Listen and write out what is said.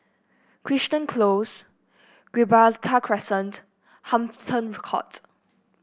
Crichton Close Gibraltar Crescent Hampton Court